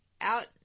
out